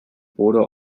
border